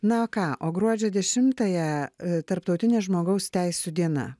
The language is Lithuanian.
na o ką o gruodžio dešimtąją tarptautinė žmogaus teisių diena